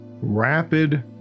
rapid